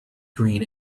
green